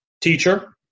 teacher